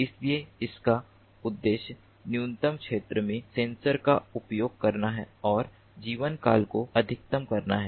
इसलिए इसका उद्देश्य न्यूनतम संख्या में सेंसर का उपयोग करना और जीवनकाल को अधिकतम करना है